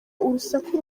urusaku